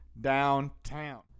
downtown